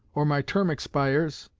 or my term expires,